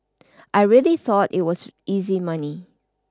I really thought it was easy money